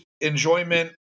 enjoyment